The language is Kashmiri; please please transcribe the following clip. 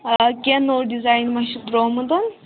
آ کینٛہہ نوٚو ڈِزایِن ما چھُ ترٛومُت